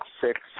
six